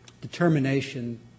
determination